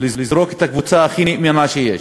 לזרוק את הקבוצה הכי נאמנה שיש.